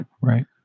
Right